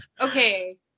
Okay